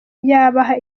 yabaha